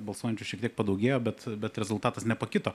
balsuojančių šiek tiek padaugėjo bet bet rezultatas nepakito